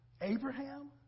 Abraham